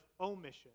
omission